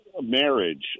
marriage